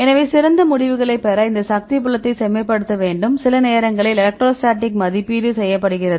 எனவே சிறந்த முடிவுகளைப் பெற இந்த சக்தி புலத்தை செம்மைப்படுத்த வேண்டும் சில நேரங்களில் எலக்ட்ரோஸ்டாடிக் மதிப்பீடு செய்யப்படுகிறது